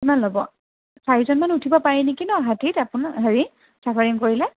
কিমান ল'ব চাৰিজন মান উঠিব পাৰি নেকি ন' হাতীত আপোনাৰ হেৰি চাফাৰীং কৰিলে